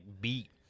beat